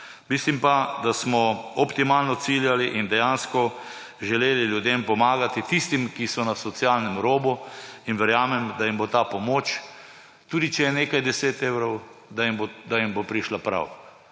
Mislim pa, da smo optimalno ciljali in dejansko želeli ljudem pomagati, tistim, ki so na socialnem robu. In verjamem, da jim bo ta pomoč, tudi če je nekaj 10 evrov, da jim bo prišla prav.